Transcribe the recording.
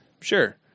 Sure